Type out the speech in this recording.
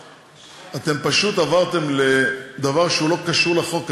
אתם פשוט עברתם לדבר שלא קשור לחוק הזה.